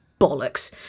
bollocks